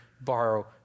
borrow